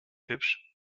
hübsch